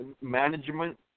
management